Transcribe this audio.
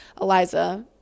Eliza